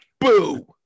Boo